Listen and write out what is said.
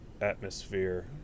atmosphere